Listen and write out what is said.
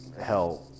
hell